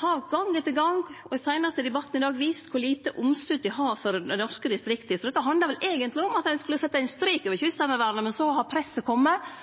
har gong etter gong, og seinast i debatten i dag, vist kor lite omsut dei har for dei norske distrikta. Så dette handlar vel eigentleg om at ein skulle setje ein strek over